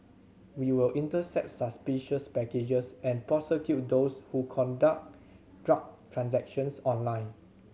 we will intercept suspicious packages and prosecute those who conduct drug transactions online